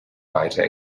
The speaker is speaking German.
weiter